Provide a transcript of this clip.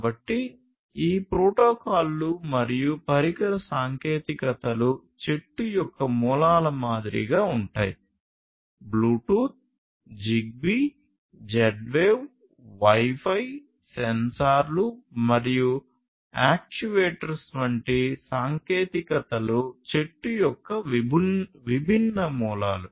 కాబట్టి ఈ ప్రోటోకాల్లు మరియు పరికర సాంకేతికతలు చెట్టు యొక్క మూలాల మాదిరిగా ఉంటాయి Bluetooth Zigbee Z wave WiFi సెన్సార్లు మరియు యాక్యుయేటర్స్ వంటి సాంకేతికతలు చెట్టు యొక్క విభిన్న మూలాలు